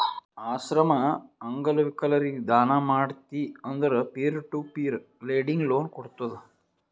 ಆಶ್ರಮ, ಅಂಗವಿಕಲರಿಗ ದಾನ ಮಾಡ್ತಿ ಅಂದುರ್ peer to peer lending loan ಕೋಡ್ತುದ್